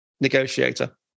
negotiator